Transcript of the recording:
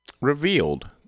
revealed